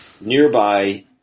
nearby